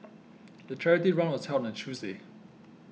the charity run was held on a Tuesday